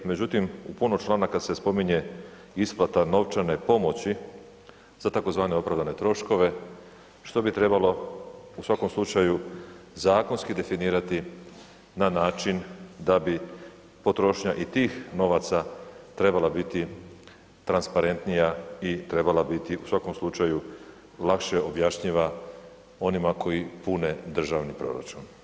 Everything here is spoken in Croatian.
Međutim, u puno članaka se spominje isplata novčane pomoći za tzv. opravdane troškove što bi trebalo u svakom slučaju zakonski definirati na način da bi potrošnja i tih novaca trebala biti transparentnija i trebala biti u svakom slučaju lakše objašnjiva onima koji pune državni proračun.